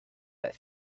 that